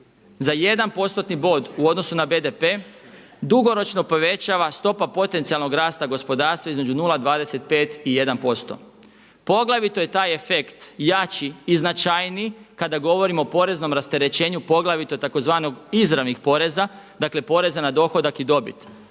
za 1%-tni bod u odnosu na BDP dugoročno povećava stopa potencijalnog rasta gospodarstva između 0,25 i 1%. Poglavito je taj efekt jači i značajniji kada govorimo o poreznom rasterećenju poglavito tzv. izravnih poreza dakle poreza na dohodak i dobit